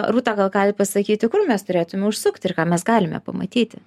rūta gal galit pasakyti kur mes turėtume užsukti ir ką mes galime pamatyti